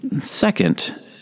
Second